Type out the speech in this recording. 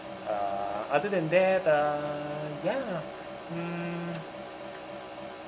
uh other than that uh ya mm